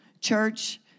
church